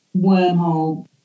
wormhole